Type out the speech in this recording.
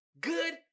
good